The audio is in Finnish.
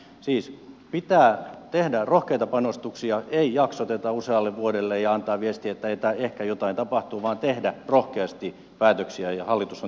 siis pitää tehdä rohkeita panostuksia ei jaksottaa usealle vuodelle ja antaa viestiä että ehkä jotain tapahtuu vaan tehdä rohkeasti päätöksiä ja hallitus on niitä tässä yhteydessä tehnyt